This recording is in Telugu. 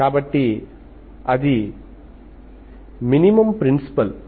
కాబట్టి అది మినిమమ్ ప్రిన్సిపల్